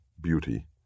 beauty